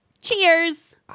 Cheers